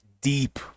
deep